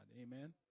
Amen